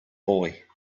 boy